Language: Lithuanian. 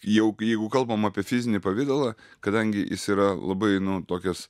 jau jeigu kalbam apie fizinį pavidalą kadangi jis yra labai nu tokias